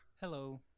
hello